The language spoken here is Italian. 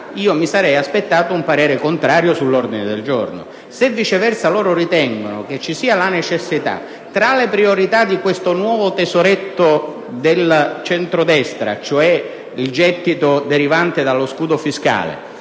mi sarei aspettato un parere contrario sull'ordine del giorno; se, viceversa, loro ritengono che ci sia la necessità, tra le priorità di questo nuovo tesoretto del centrodestra, cioè il gettito derivante dallo scudo fiscale,